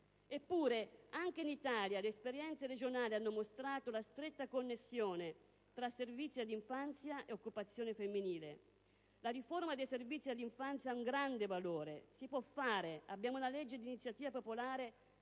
Eppure anche in Italia le esperienze regionali hanno mostrato la stretta connessione tra servizi all'infanzia e occupazione femminile. La riforma dei servizi all'infanzia ha un grande valore. Si può fare, abbiamo una legge d'iniziativa popolare